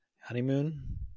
honeymoon